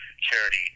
charity